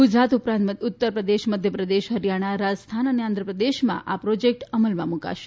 ગુજરાત ઉપરાંત ઉત્તરપ્રદેશ મધ્યપ્રદેશ હરિયાણા રાજસ્થાન અને આંધ્રપ્રદેશમાં આ પ્રોજેક્ટ અમલમાં મૂકાશે